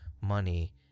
money